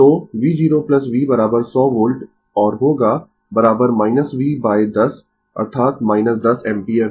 तो v0 v 100 volt और होगा v 10 अर्थात 10 एम्पीयर